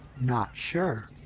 not sure.